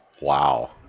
wow